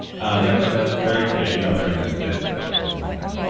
and met larry yeah, you met larry at at a dinner with him.